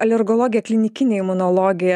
alergologė klinikinė imunologė